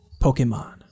Pokemon